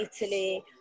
Italy